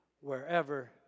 wherever